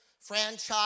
franchise